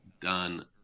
done